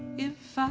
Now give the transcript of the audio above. if